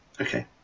Okay